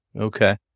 Okay